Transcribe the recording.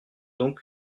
donc